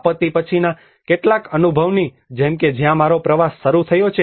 આપત્તિ પછીના કેટલાક અનુભવની જેમ કે જ્યાં મારો પ્રવાસ શરૂ થયો છે